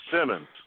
Simmons